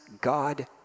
God